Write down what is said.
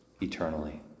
eternally